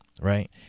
right